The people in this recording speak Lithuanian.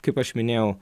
kaip aš minėjau